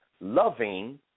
loving